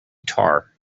tar